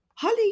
Holly